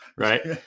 Right